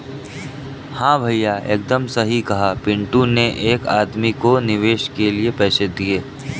हां भैया एकदम सही कहा पिंटू ने एक आदमी को निवेश के लिए पैसे दिए